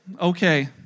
Okay